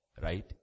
right